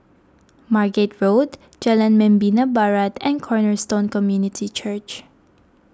Margate Road Jalan Membina Barat and Cornerstone Community Church